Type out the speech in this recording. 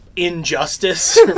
Injustice